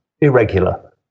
irregular